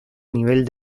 nivel